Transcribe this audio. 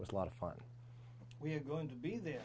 it was a lot of fun we're going to be there